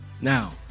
Now